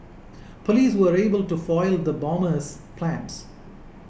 police were able to foil the bomber's plans